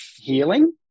healing